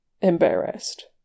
embarrassed